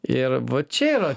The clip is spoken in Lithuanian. ir va čia yra